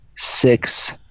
Six